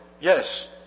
yes